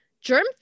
germ